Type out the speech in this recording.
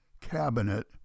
cabinet